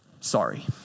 sorry